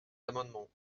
amendements